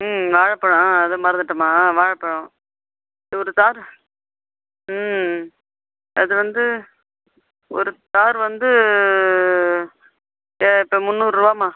ம் வாழப்பழம் அது மறந்துட்டேம்மா வாழப்பழம் ஒரு தார் ம் அது வந்து ஒரு தார் வந்து ஏ இப்போ முன்னூறுரூவாம்மா